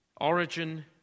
Origin